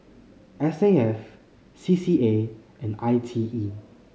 S A F C C A and I T E